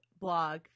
blog